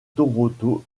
toronto